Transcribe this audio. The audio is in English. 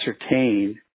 ascertain